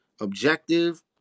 objective